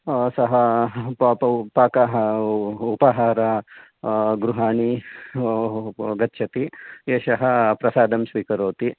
सः पापौ पाकः उपाहार गृहाणि गच्छति एषः प्रसादं स्वीकरोति